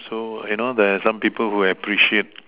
so you know there are some people who appreciate